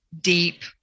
deep